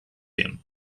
him